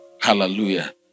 Hallelujah